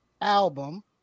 album